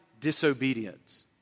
disobedience